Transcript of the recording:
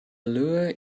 lure